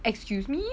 excuse me